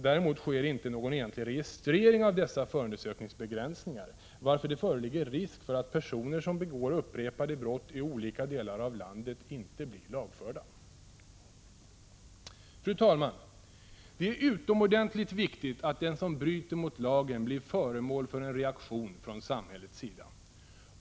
Däremot sker inte någon egentlig registrering av dessa förundersökningsbegränsningar, varför det föreligger risk för att personer som begår upprepade brott, men i olika delar av landet, inte blir lagförda. Fru talman! Det är utomordentligt viktigt att den som bryter mot lagen blir föremål för en reaktion från samhällets sida.